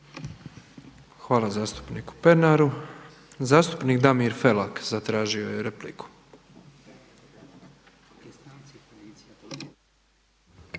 Hvala zastupniku Pernaru. Zastupnik Damir Felak zatražio je repliku.